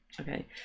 Okay